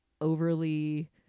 overly